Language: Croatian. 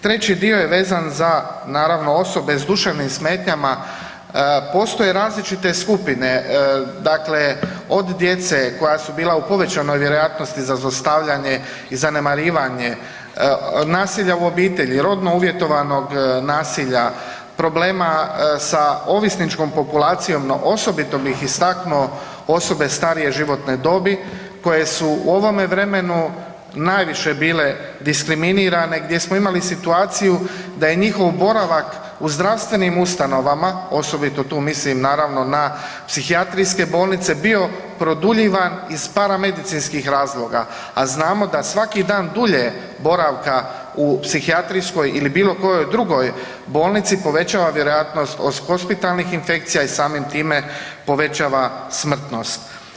Treći dio je vezan za naravno osobe s duševnim smetnjama, postoje različite skupine od djece koja su bila u povećanoj vjerojatnosti za zlostavljanje i zanemarivanje, nasilja u obitelji, rodno uvjetovanog nasilja, problema sa ovisničkom populacijom, no osobito bih istaknuo osobe starije životne dobi koje su u ovom vremenu najviše bile diskriminirane, gdje smo imali situaciju da je njihov boravak u zdravstvenim ustanovama, osobito tu mislim naravno na psihijatrijske bolnice bio produljivan iz paramedicinskih razloga, a znamo da svaki dan dulje boravka u psihijatrijskoj ili bilo kojoj drugoj bolnici povećava vjerojatnost hospitalnih infekcija i samim time povećava smrtnost.